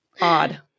Odd